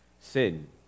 sin